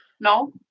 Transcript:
No